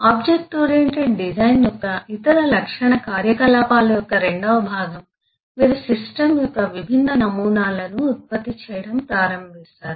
object oriented design యొక్క ఇతర లక్షణ కార్యకలాపాల యొక్క రెండవ భాగం మీరు సిస్టమ్ యొక్క విభిన్న నమూనాలను ఉత్పత్తి చేయడం ప్రారంభిస్తారు